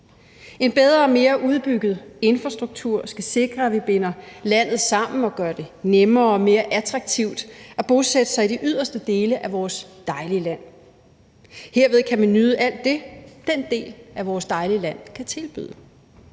En bedre og mere udbygget infrastruktur skal sikre, at vi binder landet sammen og gør det nemmere og mere attraktivt at bosætte sig i de yderste dele af vores dejlige land. Herved kan man nyde alt det, som den del af vores dejlige land kan tilbyde.